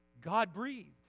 God-breathed